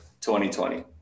2020